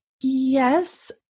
Yes